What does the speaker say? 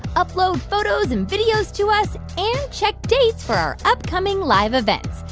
upload photos and videos to us and check dates for our upcoming live events.